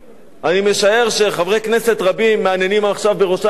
אני משער שחברי כנסת רבים מהנהנים עכשיו בראשם בן-ארי,